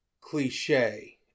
cliche